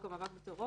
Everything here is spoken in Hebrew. לכו